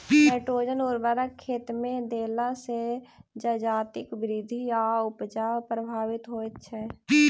nitrogen उर्वरक खेतमे देला सॅ जजातिक वृद्धि आ उपजा प्रभावित होइत छै